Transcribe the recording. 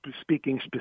Speaking